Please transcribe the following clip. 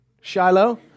Shiloh